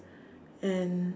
and